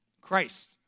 Christ